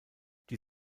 die